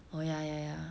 oh ya ya ya